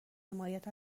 حمایت